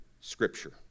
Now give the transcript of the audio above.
scripture